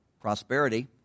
prosperity